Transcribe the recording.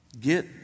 Get